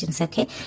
okay